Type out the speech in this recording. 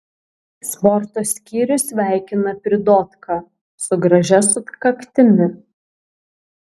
sporto skyrius sveikina pridotką su gražia sukaktimi